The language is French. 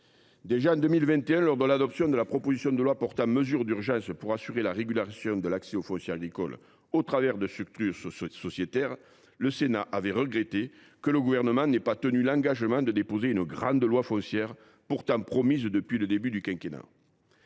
Déjà, en 2021, lors de l’adoption de la proposition de loi portant mesures d’urgence pour assurer la régulation de l’accès au foncier agricole au travers de structures sociétaires, le Sénat avait regretté que le Gouvernement n’ait pas tenu l’engagement de déposer une grande loi foncière, pourtant promise depuis le début du quinquennat.